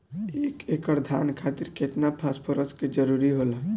एक एकड़ धान खातीर केतना फास्फोरस के जरूरी होला?